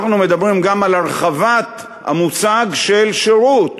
אנחנו מדברים גם על הרחבת המושג של שירות.